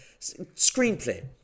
screenplay